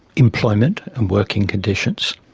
employment and working conditions,